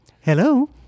Hello